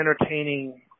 entertaining